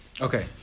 Okay